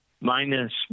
Minus